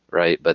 right? but